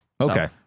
Okay